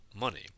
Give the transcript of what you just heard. money